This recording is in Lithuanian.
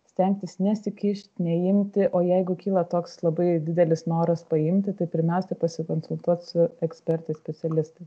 stengtis nesikišt neimti o jeigu kyla toks labai didelis noras paimti tai pirmiausia pasikonsultuot su ekspertais specialistais